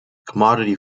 commodity